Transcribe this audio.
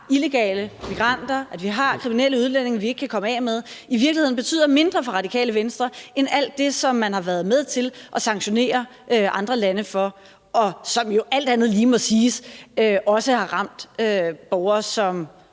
illegale immigranter, at vi har kriminelle udlændinge, vi ikke kan komme af med, betyder i virkeligheden mindre for Radikale Venstre end alt det, som man har været med til at sanktionere andre lande for, og som jo alt andet lige også må siges at have ramt borgere, som